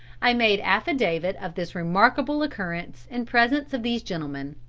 i made affidavit of this remarkable occurrence in presence of these gentlemen.